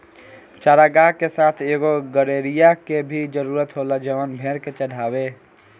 चारागाह के साथ एगो गड़ेड़िया के भी जरूरत होला जवन भेड़ के चढ़ावे